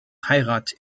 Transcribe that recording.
heirat